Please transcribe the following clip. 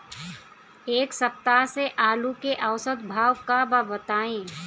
एक सप्ताह से आलू के औसत भाव का बा बताई?